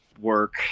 work